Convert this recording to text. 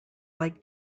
like